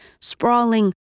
sprawling